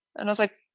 and i was like,